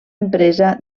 empresa